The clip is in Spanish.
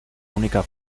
única